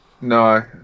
No